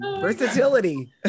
Versatility